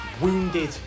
wounded